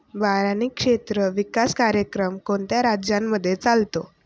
बारानी क्षेत्र विकास कार्यक्रम कोणत्या राज्यांमध्ये चालतो?